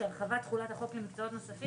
שהרחבת תחולת החוק למקצועות נוספים